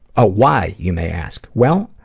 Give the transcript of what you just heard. a why you may ask, well,